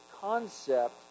concept